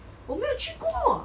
我没有去过